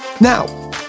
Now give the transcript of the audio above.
Now